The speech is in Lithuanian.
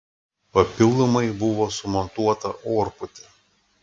papildomai buvo sumontuota orpūtė